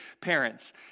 parents